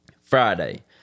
Friday